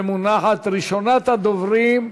ראשונת הדוברים,